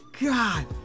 god